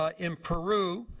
ah in peru,